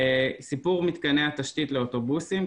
סיפור מתקני התשתית לאוטובוסים,